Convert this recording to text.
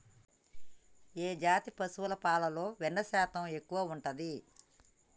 ఏ జాతి పశువుల పాలలో వెన్నె శాతం ఎక్కువ ఉంటది?